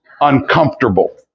uncomfortable